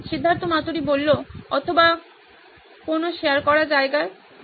সিদ্ধার্থ মাতুরি অথবা কোন শেয়ার করা জায়গায় হ্যাঁ